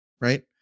right